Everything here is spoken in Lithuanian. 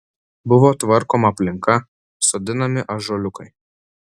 buvo tvarkoma aplinka sodinami ąžuoliukai